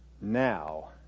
Now